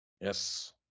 Yes